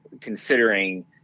considering